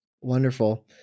Wonderful